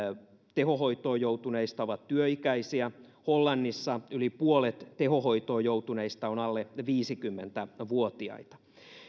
tehohoitoon joutuneista on työikäisiä hollannissa yli puolet tehohoitoon joutuneista on alle viisikymmentä vuotiaita